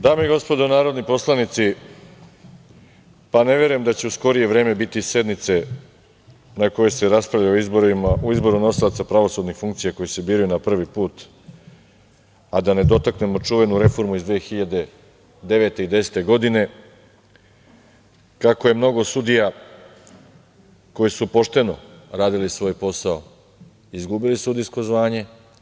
Dame i gospodo narodni poslanici, ne verujem da će u skorije vreme biti sednice na kojoj se raspravlja o izboru nosilaca pravosudnih funkcija koji se biraju prvi put, a da ne dotaknemo čuvenu reformu iz 2009. i 2010. godine, kako je mnogo sudija koji su pošteno radili svoj posao izgubilo sudijsko zvanje.